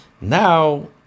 Now